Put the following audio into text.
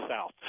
south